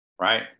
right